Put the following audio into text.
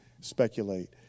speculate